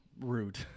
rude